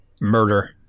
murder